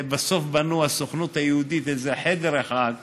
בסוף הסוכנות היהודית בנתה איזה חדר אחד,